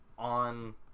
on